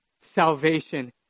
salvation